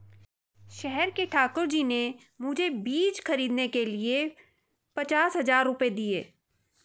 शहर के ठाकुर जी ने मुझे बीज खरीदने के लिए पचास हज़ार रूपये दिए